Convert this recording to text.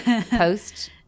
post